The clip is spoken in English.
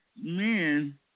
men